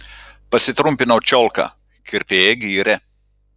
pasitrumpinau čiolką kirpėja gyrė